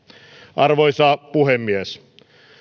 arvoisa puhemies